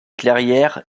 clairières